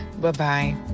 Bye-bye